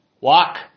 Walk